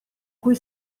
cui